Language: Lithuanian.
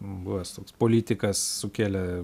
buvęs toks politikas sukėlė